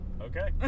okay